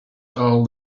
all